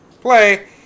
play